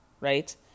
right